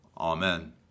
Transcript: Amen